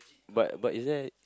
but but is there